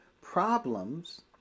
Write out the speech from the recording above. problems